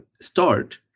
start